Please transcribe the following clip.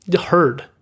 heard